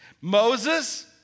Moses